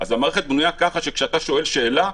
אז המערכת בנויה ככה שכשאתה שואל שאלה,